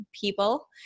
people